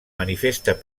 manifesta